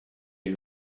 die